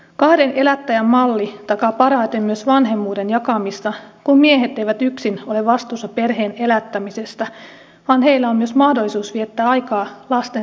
kahden elättäjän malli takaa parhaiten myös vanhemmuuden jakamista kun miehet eivät yksin ole vastuussa perheen elättämisestä vaan heillä on myös mahdollisuus viettää aikaa lastensa kanssa